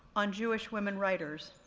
on jewish women writers,